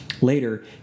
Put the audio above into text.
Later